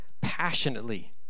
passionately